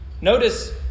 Notice